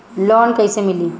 Loan कइसे मिली?